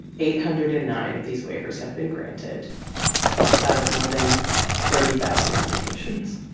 eight hundred and nine of these waivers have been granted out of more than thirty thousand applications